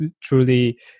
truly